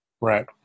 Right